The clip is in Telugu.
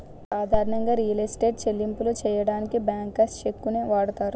సాధారణంగా రియల్ ఎస్టేట్ చెల్లింపులు సెయ్యడానికి బ్యాంకర్స్ చెక్కుని వాడతారు